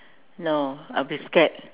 no I'll be scared